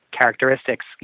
characteristics